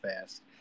fast